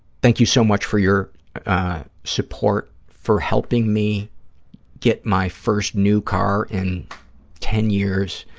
thank you so much for your support, for helping me get my first new car in ten years,